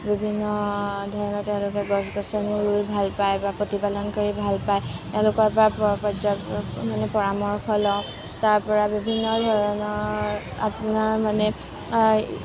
আৰু বিভিন্ন ধৰণৰ তেওঁলোকে গছ গছনিও ৰুই ভাল পায় বা প্ৰতিপালন কৰি ভাল পায় এওঁলোকৰ পৰা পৰ্যাপ্ত মানে পৰামৰ্শ লওঁ তাৰ পৰা বিভিন্ন ধৰণৰ আপোনাৰ মানে